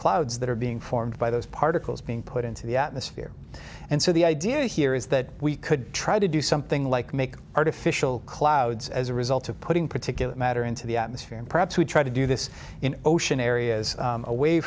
clouds that are being formed by those particles being put into the atmosphere and so the idea here is that we could try to do something like make artificial clouds as a result of putting particulate matter into the atmosphere and perhaps we tried to do this in ocean areas away